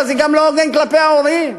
אבל גם לא הוגן כלפי ההורים.